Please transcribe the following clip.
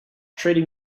treating